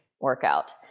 workout